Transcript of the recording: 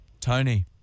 Tony